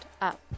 up